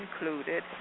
included